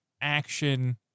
action